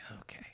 okay